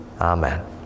Amen